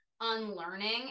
unlearning